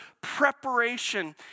preparation